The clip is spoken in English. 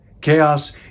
Chaos